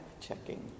checking